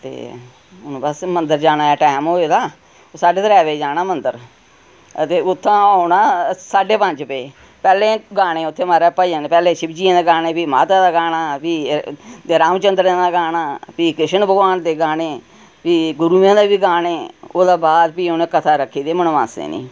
ते हूम बस मंदर जाने दा टैम होए दा ऐ साड्ढे त्रै बजे जाना ऐ मंदर ते उत्थुआं औना साड्ढे पंज बजे पैह्ले गाने उत्थैं महाराज भजन पैह्ले शिवजियें दा गाना फ्ही माता दा गाना फ्ही रामचंद्रें दा गाना फ्ही कृष्ण भगवान दे गाने फ्ही गुरूएं दे बी गाने ओह्दा बाद फ्ही उनें कथा रक्खी दी मनमासें दी